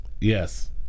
Yes